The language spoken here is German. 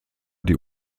die